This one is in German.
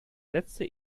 letzte